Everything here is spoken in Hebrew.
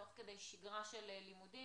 תוך כדי שגרה של לימודים